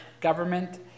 government